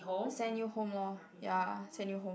send you home lor ya send you home